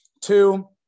Two